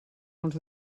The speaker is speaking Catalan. els